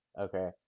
okay